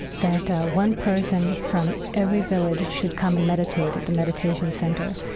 that one person from every village should come and meditate at the meditation center,